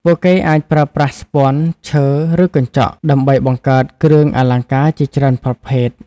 ពួកគេអាចប្រើប្រាស់ ស្ពាន់ ឈើ ឬកញ្ចក់ ដើម្បីបង្កើតគ្រឿងអលង្ការជាច្រើនប្រភេទ។